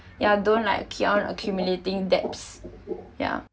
ya don't like keep on accumulating debts ya